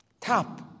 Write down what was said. top